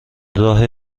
راه